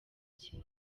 cye